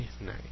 Nice